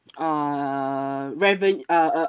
err reve~ uh uh